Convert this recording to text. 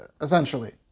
essentially